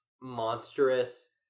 monstrous